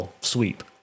sweep